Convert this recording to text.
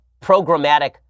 programmatic